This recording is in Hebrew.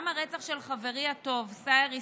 גם הרצח של חברי הטוב סאהר אסמאעיל,